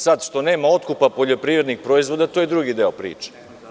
Sad što nema otkupa poljoprivrednih proizvoda, to je drugi deo priče.